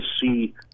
see